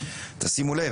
שימו לב,